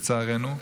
לצערנו,